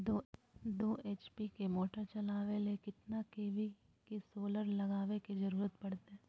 दो एच.पी के मोटर चलावे ले कितना के.वी के सोलर लगावे के जरूरत पड़ते?